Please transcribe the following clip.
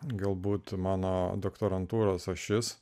galbūt mano doktorantūros ašis